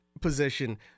position